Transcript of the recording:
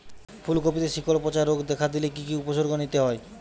ফুলকপিতে শিকড় পচা রোগ দেখা দিলে কি কি উপসর্গ নিতে হয়?